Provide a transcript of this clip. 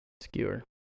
Skewer